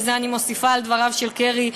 ואת זה אני מוסיפה על דבריו של קרי,